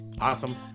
Awesome